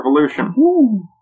Revolution